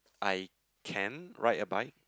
I can ride a bike